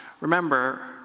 Remember